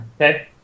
Okay